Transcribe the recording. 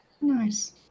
Nice